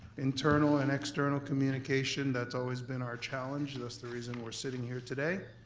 internal and external communication, that's always been our challenge, thus the reason we're sitting here today.